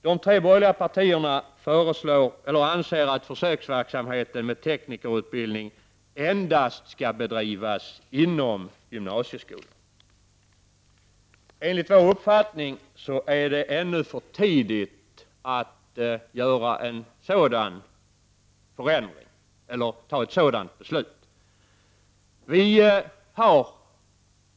De tre borgerliga partierna anser att försöksverksamheten med teknikerutbildning endast skall bedrivas inom gymnasieskolan. Enligt vår uppfattning är det emellertid för tidigt att fatta ett sådant beslut.